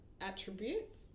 attributes